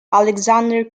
alexandre